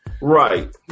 Right